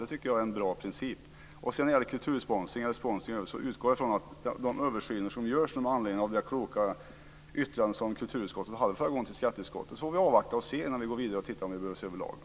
Det är en bra princip. När det gäller kultursponsring utgår jag från de översyner som görs med anledning av det kloka yttrandet från kulturutskottet till skatteutskottet, så får vi avvakta innan vi går vidare och tittar på om vi behöver se över lagen.